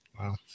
wow